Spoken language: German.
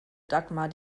dagmar